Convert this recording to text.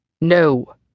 No